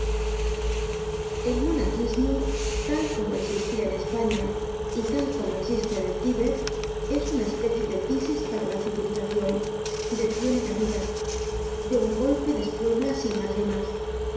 el monaquismo tal como existia en españa y tal como existe en el tibet es una especie de tisis para la civilizacion detiene la vida de un golpe despuebla sin mas ni mas